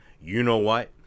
you-know-what